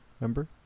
remember